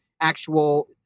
actual